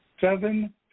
Seven